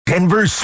Denver